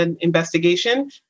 investigation